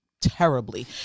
terribly